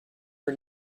for